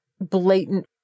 blatant